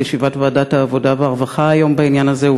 ישיבת ועדת העבודה והרווחה בעניין הזה היום,